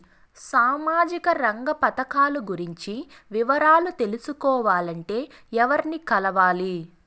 సామాజిక రంగ పథకాలు గురించి వివరాలు తెలుసుకోవాలంటే ఎవర్ని కలవాలి?